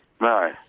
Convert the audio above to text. No